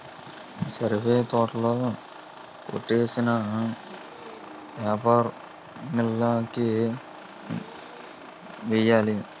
సరివే తోట కొట్టేసి paper mill కి వెయ్యాలి